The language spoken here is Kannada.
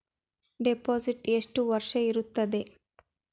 ಡಿಪಾಸಿಟ್ ಎಷ್ಟು ವರ್ಷ ಇರುತ್ತದೆ?